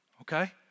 okay